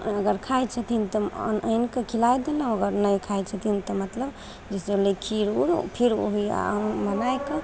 अगर खाइ छथिन तऽ आन आनिके खिलै देलहुँ आओर नहि खाइ छथिन तऽ मतलब जइसे भेलै खीर उर खीर होलै आओर मँगैके